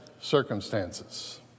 circumstances